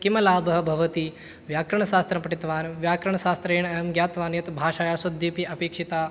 किं लाभः भवति व्याकरणशास्त्रं पठितवान् व्याकरणशास्त्रेण अहं ज्ञातवान् यत् भाषायाः शुद्धिः अपि अपेक्षिता